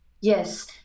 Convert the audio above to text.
Yes